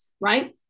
right